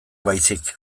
baizik